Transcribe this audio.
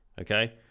Okay